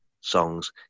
songs